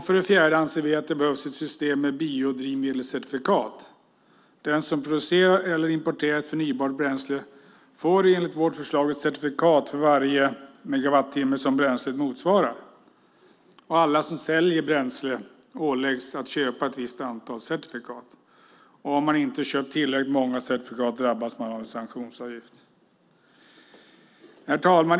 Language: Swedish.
För det fjärde anser vi att det behövs ett system med biodrivmedelscertifikat. Den som producerar eller importerar ett förnybart bränsle får enligt vårt förslag ett certifikat för varje megawattimme som bränslet motsvarar. Alla som säljer bränsle åläggs att köpa ett visst antal certifikat. Om man inte köpt tillräckligt många certifikat drabbas man av en sanktionsavgift.